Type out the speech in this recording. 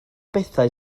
bethau